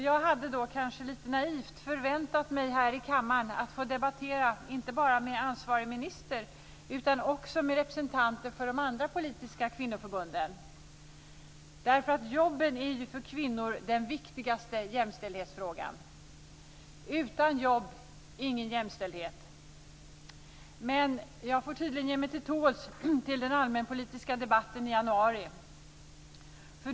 Jag hade, kanske litet naivt, förväntat mig att här i kammaren få debattera inte bara med ansvarig minister utan också med representanter för de andra politiska kvinnoförbunden. Jobben är ju för kvinnor den viktigaste jämställdhetsfrågan. Utan jobb ingen jämställdhet. Men jag får tydligen ge mig till tåls till den allmänpolitiska debatten i januari.